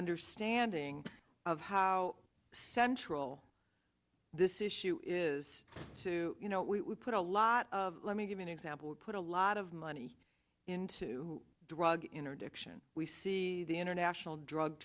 understanding of how central this issue is to you know we would put a lot of let me give an example put a lot of money into drug interdiction we see the international drug